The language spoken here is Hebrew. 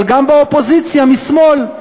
אבל גם באופוזיציה משמאל.